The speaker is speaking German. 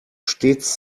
stets